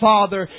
Father